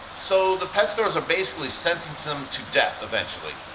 so the pet stores are basically sentencing them to death. eventually.